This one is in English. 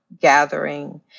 gathering